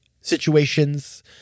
situations